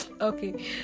okay